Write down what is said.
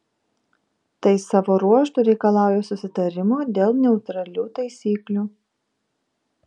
tai savo ruožtu reikalauja susitarimo dėl neutralių taisyklių